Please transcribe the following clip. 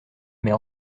mais